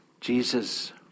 Jesus